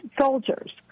soldiers